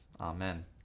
Amen